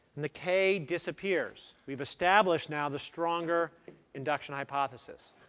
and the k disappears. we've established, now, the stronger induction hypothesis.